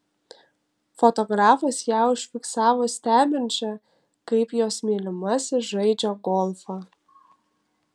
fotografas ją užfiksavo stebinčią kaip jos mylimasis žaidžią golfą